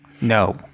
No